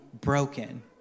broken